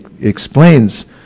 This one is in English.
explains